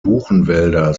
buchenwälder